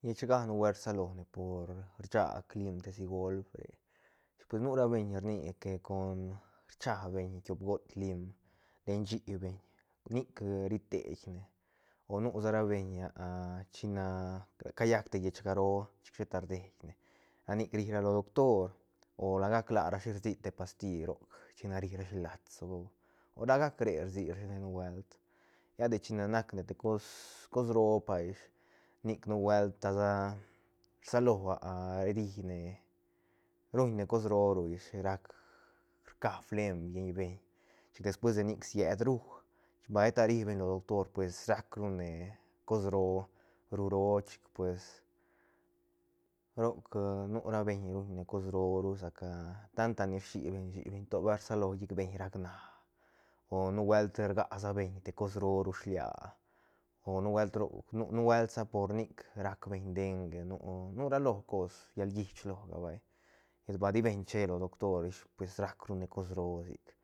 Llechga nu buelt rsalo ne por rsa clim tesi golp re pues ni ra beñ rni con rchabeñ tiop goot lim len shïbeñ nic riteinne o nu sa ra beiñ china callak te llechga roo chic sheta rdeine ra nic rira lo doctor o lagac rlarashi rsi te pasti roc china ri rashi lats o la gac re rsirashi nubuelt lla de china nac ne te cos- cos roo pa ish nic nubuelt ta sa rsalo ri ne ruñne cos ro ru ish rac rca blem lleiñ beñ chic despues de nic siet rú chic ba sheta ribeñ lo doctor pues rac rune cos roo rú roo chic pues roc nu ra beiñ ruñne cos roo sa ca tanta ni rshibeñ shïbeñ to bal rsalo llic beiñ rac na o nubuelt rga sabeñ te cos roo ru shilia o nubuelt ro nu- nubuelt sa por nic rac beiñ denge nu- nu ra lo cos llalgich loga vay llet bal di beiñ che lo doctor ish pues rac rune cos roo sic